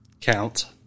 Count